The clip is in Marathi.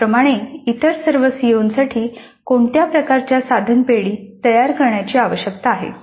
त्याचप्रमाणे इतर सर्व सीओंसाठी कोणत्या प्रकारच्या साधन पेढी तयार करण्याची आवश्यकता आहे